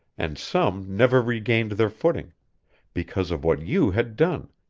and some never regained their footing because of what you had done,